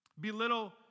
belittle